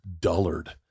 dullard